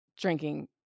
drinking